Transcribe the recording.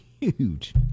huge